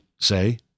say